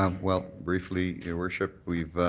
um well, briefly, your worship, we've